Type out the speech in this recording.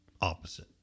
opposite